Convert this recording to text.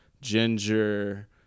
ginger